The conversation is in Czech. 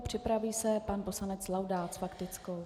Připraví se pan poslanec Laudát s faktickou.